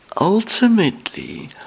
ultimately